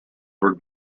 for